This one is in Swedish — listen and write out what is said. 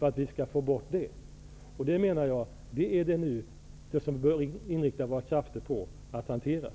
Vi bör nu inrikta våra krafter på att hantera detta.